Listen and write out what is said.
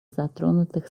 затронутых